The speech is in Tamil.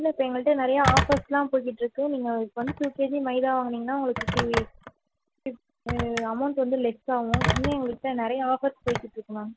இல்லை இப்போ எங்கள்கிட்ட நிறையா ஆஃபர்ஸ்யெலாம் போய்க்கிட்டு இருக்குது நீங்கள் இப்போ வந்து டூ கேஜி மைதா வாங்குனீங்கனால் உங்களுக்கு ஃபிஃப்ட்டி அமௌண்ட் வந்து லெஸ் ஆகும் இன்னும் எங்கள்க்கிட்ட நிறைய ஆஃபர்ஸ் போய்க்கிட்டு இருக்குது மேம்